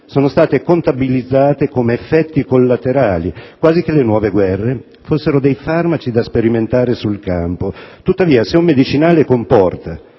sono state contabilizzate come «effetti collaterali», quasi che le nuove guerre fossero dei farmaci da sperimentare sul campo. Tuttavia, se un medicinale comporta